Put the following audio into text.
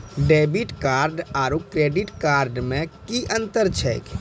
Debit card आरू credit card मे कि अन्तर छैक?